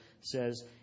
says